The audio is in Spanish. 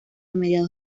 mediados